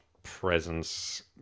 presence